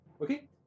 Okay